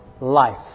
life